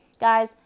guys